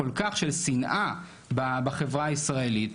כל כך של שנאה בחברה הישראלית,